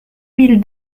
mille